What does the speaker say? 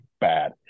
bad